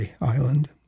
Island